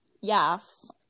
Yes